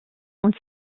und